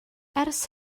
ers